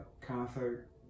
concert